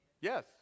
Yes